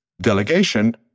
delegation